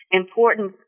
important